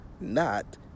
not-